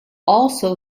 also